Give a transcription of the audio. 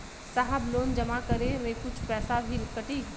साहब लोन जमा करें में कुछ पैसा भी कटी?